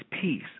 peace